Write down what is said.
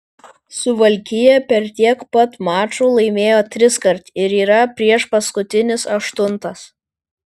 suvalkija per tiek pat mačų laimėjo triskart ir yra priešpaskutinis aštuntas